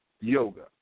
yoga